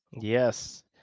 Yes